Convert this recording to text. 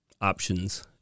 options